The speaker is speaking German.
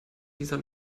dieser